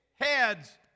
heads